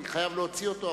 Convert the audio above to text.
אני חייב להוציא אותו,